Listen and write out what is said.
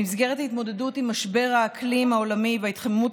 במסגרת ההתמודדות עם משבר האקלים העולמי וההתחממות